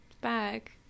Back